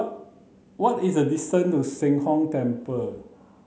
what is the distance to Sheng Hong Temper